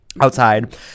outside